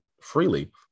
freely